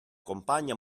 compagna